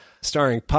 starring